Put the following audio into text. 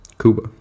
Cuba